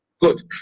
good